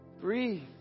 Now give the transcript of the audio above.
Breathe